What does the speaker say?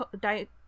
Diet